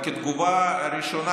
בתגובה ראשונה,